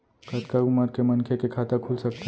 कतका उमर के मनखे के खाता खुल सकथे?